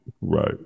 Right